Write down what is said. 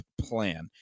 plan